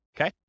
Okay